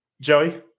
Joey